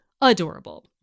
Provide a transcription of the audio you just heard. adorable